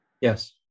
Yes